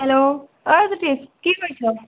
hello ঐ জ্যোতিশ কি কৰিছ